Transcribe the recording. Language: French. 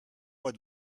mois